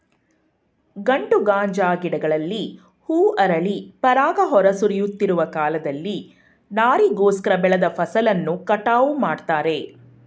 ಗಂಡು ಗಾಂಜಾ ಗಿಡಗಳಲ್ಲಿ ಹೂ ಅರಳಿ ಪರಾಗ ಹೊರ ಸುರಿಯುತ್ತಿರುವ ಕಾಲದಲ್ಲಿ ನಾರಿಗೋಸ್ಕರ ಬೆಳೆದ ಫಸಲನ್ನು ಕಟಾವು ಮಾಡ್ತಾರೆ